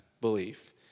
belief